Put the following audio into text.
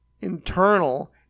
internal